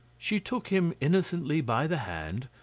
she took him innocently by the hand,